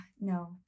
no